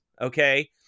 okay